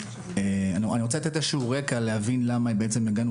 אני רוצה לתת איזשהו רקע להבין למה הגענו